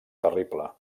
terrible